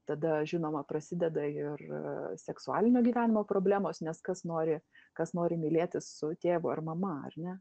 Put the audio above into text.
tada žinoma prasideda ir seksualinio gyvenimo problemos nes kas nori kas nori mylėtis su tėvu ar mama ar ne